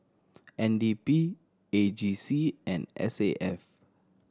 N D P A G C and S A F